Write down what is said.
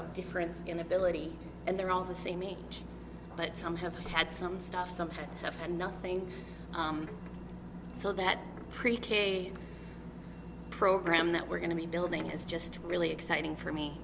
of difference in ability and they're all the same age but some have had some stuff some have had nothing so that preteen a program that we're going to be building is just really exciting for me